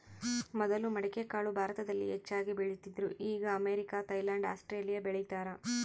ಮೊದಲು ಮಡಿಕೆಕಾಳು ಭಾರತದಲ್ಲಿ ಹೆಚ್ಚಾಗಿ ಬೆಳೀತಿದ್ರು ಈಗ ಅಮೇರಿಕ, ಥೈಲ್ಯಾಂಡ್ ಆಸ್ಟ್ರೇಲಿಯಾ ಬೆಳೀತಾರ